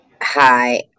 hi